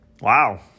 Wow